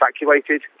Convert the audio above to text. evacuated